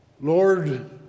Lord